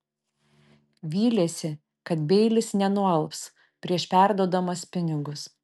vylėsi kad beilis nenualps prieš perduodamas pinigus